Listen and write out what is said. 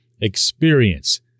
experience